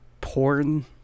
porn